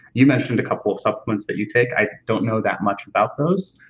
you mentioned a couple of supplements that you take, i don't know that much about those